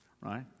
right